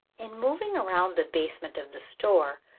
in moving around the basement of the store,